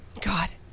God